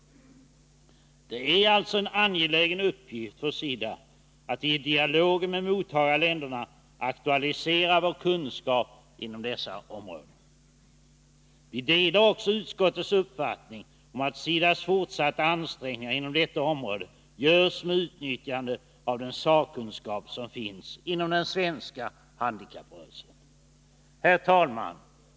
Det är alltså en angelägen uppgift för SIDA att i dialog med mottagarländerna aktualisera vår kunskap inom dessa områden. Vi delar också utskottets uppfattning om att SIDA:s fortsatta ansträngningar inom detta område bör göras med utnyttjande av den sakkunskap som finns inom den svenska handikapprörelsen. Herr talman!